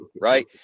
right